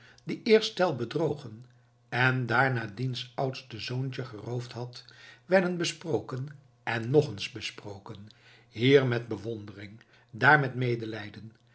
die eerst tell bedrogen en daarna diens oudste zoontje geroofd had werden besproken en nog eens besproken hier met bewondering daar met medelijden